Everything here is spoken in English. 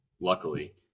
Luckily